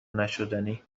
نشدنی